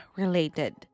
related